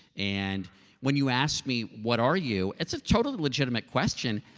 and when you ask me what are you, it's a totally legitimate question.